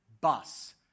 bus